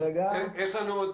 יהיה אפשר